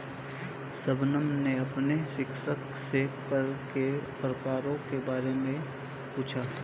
शबनम ने अपने शिक्षक से कर के प्रकारों के बारे में पूछा